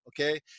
okay